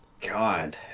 God